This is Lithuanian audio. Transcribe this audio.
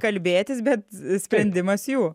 kalbėtis bet sprendimas jų